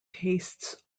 tastes